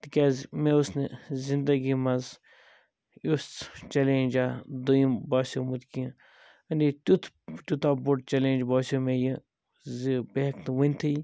تِکیٛازِ مےٚ اوس نہٕ زِندگی مَنٛز یُتھ چیٚلینٛجہ دوٚیِم باسیٚومُت کیٚنٛہہ یعنی تیٛتھ تیٛوتاہ بوٚڑ چیٚلینٛج باسیٛو مےٚ یہِ زِ بہٕ ہیٚکہ نہٕ ؤنتھٕے